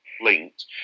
linked